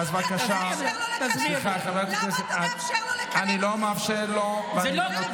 למה, אדוני, אתה מאפשר לו לקלל אותי?